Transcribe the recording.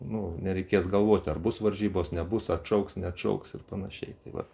nu nereikės galvoti ar bus varžybos nebus atšauks neatšauks ir panašiai tai vat